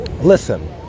Listen